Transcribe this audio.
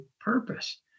purpose